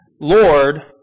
Lord